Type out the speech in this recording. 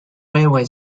railway